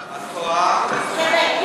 את טועה.